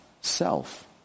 self